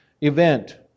event